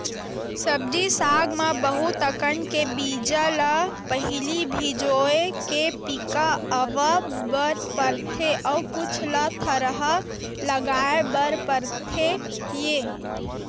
सब्जी साग म बहुत अकन के बीजा ल पहिली भिंजोय के पिका अवा बर परथे अउ कुछ ल थरहा लगाए बर परथेये